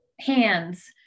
hands